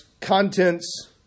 contents